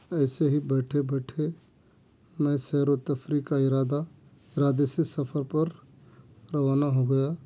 ایسے ہی بیٹھے بیٹھے میں سیر و تفریح کا ارادہ ارادے سے سفر پر روانہ ہو گیا